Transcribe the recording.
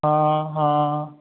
ਹਾਂ ਹਾਂ